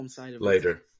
later